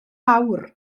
awr